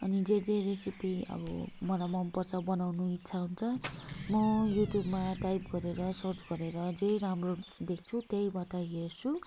अनि जे जे रेसिपी अब मलाई मनपर्छ बनाउनु इच्छा हुन्छ म युट्युबमा टाइप गरेर सर्च गरेर जे राम्रो देख्छु त्यहीबाट हेर्छु